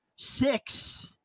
Six